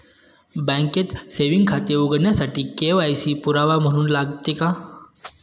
बँकेत सेविंग खाते उघडण्यासाठी के.वाय.सी पुरावा म्हणून लागते का?